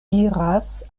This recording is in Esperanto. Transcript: iras